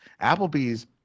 Applebee's